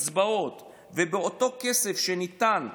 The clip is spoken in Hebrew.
בקצבאות ועל אותו כסף שניתן לאנשים,